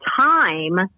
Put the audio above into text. time